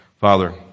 Father